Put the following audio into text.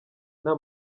nta